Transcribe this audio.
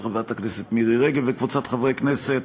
של חברת הכנסת מירי רגב וקבוצת חברי הכנסת,